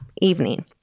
evening